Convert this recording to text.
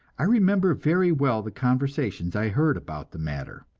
i remember very well the conversations i heard about the matter.